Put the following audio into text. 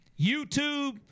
YouTube